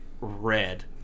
red